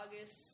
August